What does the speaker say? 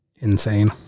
Insane